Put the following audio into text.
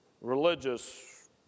religious